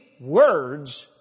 words